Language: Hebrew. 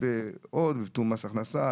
תיאום מס הכנסה,